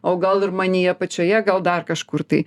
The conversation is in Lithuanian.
o gal ir manyje pačioje gal dar kažkur tai